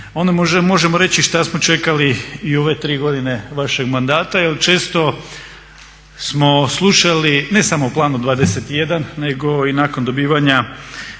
možemo reći šta smo čekali i ove tri godine vašeg mandata jer često smo slušali ne samo u Planu 21 nego i nakon dobivanja